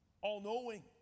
all-knowing